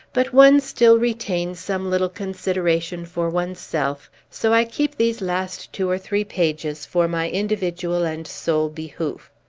but one still retains some little consideration for one's self so i keep these last two or three pages for my individual and sole behoof.